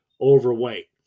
overweight